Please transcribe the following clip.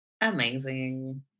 amazing